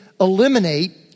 eliminate